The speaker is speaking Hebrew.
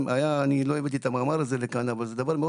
לא הבאתי לכאן את המאמר אבל זה דבר מאוד